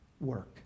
work